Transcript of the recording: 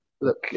Look